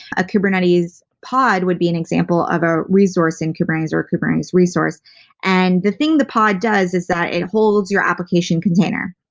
a kubernetes pod would be an example of a resource in kubernetes, or a kubernetes resource and the thing the pod does is that it holds your application container.